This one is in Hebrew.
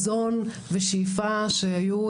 חזון ושאיפה שהיו,